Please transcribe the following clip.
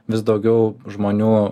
vis daugiau žmonių